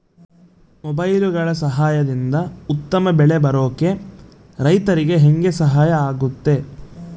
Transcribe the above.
ಮೊಬೈಲುಗಳ ಸಹಾಯದಿಂದ ಉತ್ತಮ ಬೆಳೆ ಬರೋಕೆ ರೈತರಿಗೆ ಹೆಂಗೆ ಸಹಾಯ ಆಗುತ್ತೆ?